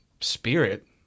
spirit